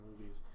movies